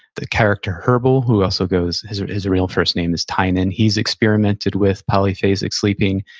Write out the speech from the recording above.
the character herbal, who also goes, his his real first name is tynan. he's experimented with polyphasic sleeping.